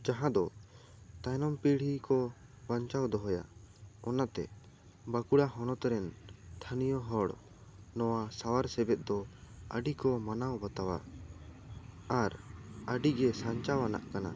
ᱡᱟᱦᱟᱸ ᱫᱚ ᱛᱟᱭᱱᱚᱢ ᱯᱤᱲᱦᱤ ᱠᱚ ᱵᱟᱱᱪᱟᱣ ᱫᱚᱦᱚᱭᱟ ᱚᱱᱟᱛᱮ ᱵᱟᱸᱠᱩᱲᱟ ᱦᱚᱱᱚᱛ ᱨᱮᱱ ᱫᱷᱟᱹᱱᱤᱭᱟᱹ ᱦᱚᱲ ᱱᱚᱣᱟ ᱥᱟᱶᱟᱨ ᱥᱮᱵᱮᱫ ᱫᱚ ᱟᱹᱰᱤ ᱠᱚ ᱢᱟᱱᱟᱣ ᱵᱟᱛᱟᱣᱟ ᱟᱨ ᱟᱹᱰᱤ ᱜᱮ ᱥᱟᱱᱪᱟᱣ ᱟᱱᱟᱜ ᱠᱟᱱᱟ